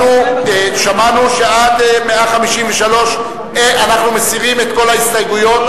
אנחנו שמענו שעד 153 אנחנו מסירים את כל ההסתייגויות,